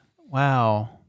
Wow